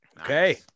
Okay